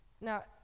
Now